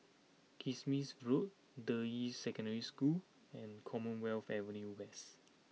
Kismis Road Deyi Secondary School and Commonwealth Avenue West